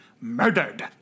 Murdered